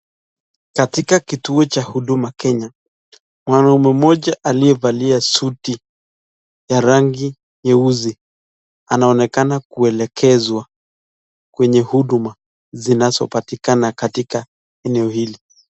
Katika kituo cha huduma Kenya ,mtu mmoja aliyevalia suti ya rangi nyeusi anaonekana kuelekezwa kwenye huduma zinazopatikana katika eneo hili.